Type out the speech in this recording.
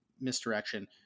misdirection